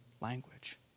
language